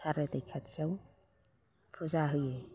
सारा दै खाथियाव फुजा होयो